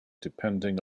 depending